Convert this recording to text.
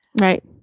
Right